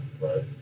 right